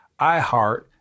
iHeart